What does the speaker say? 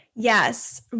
Yes